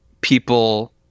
people